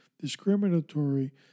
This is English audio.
discriminatory